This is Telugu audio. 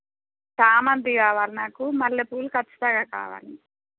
చామంతి కావాలి నాకు మల్లెపూలు ఖచ్చితంగా కావాలి